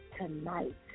tonight